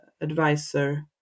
advisor